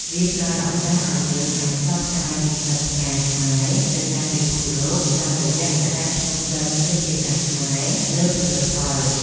វាផ្ដល់ឱកាសឱ្យយើងអាចផ្សព្វផ្សាយពីក្លិនផ្កាខ្មែរទៅកាន់ពិភពលោក តាមរយៈការដាក់ឈ្មោះក្លិនជាភាសាខ្មែរលើផលិតផល។